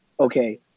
okay